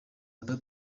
oda